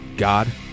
God